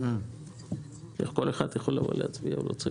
אני יכול להיכנס לאתר הבנק ויהיה לי שם.